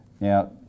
Now